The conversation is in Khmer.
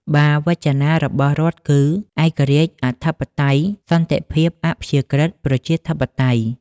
បាវចនារបស់រដ្ឋគឺ ឯករាជ្យ អធិបតេយ្យ សន្តិភាព អព្យាក្រឹត ប្រជាធិបតេយ្យ។